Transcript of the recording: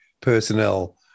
personnel